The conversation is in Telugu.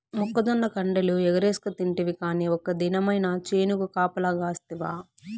మొక్కజొన్న కండెలు ఎగరేస్కతింటివి కానీ ఒక్క దినమైన చేనుకు కాపలగాస్తివా